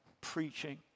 preaching